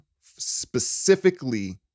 specifically